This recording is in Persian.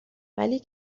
ولی